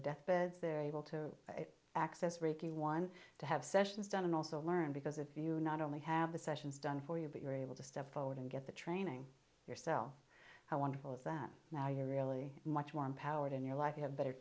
they're able to access reiki one to have sessions done and also learn because if you not only have the sessions done for you but you're able to step forward and get the training yourself how wonderful is that now you're really much more empowered in your life you have better